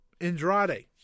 Andrade